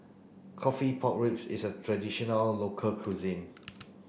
coffee pork ribs is a traditional local cuisine